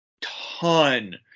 ton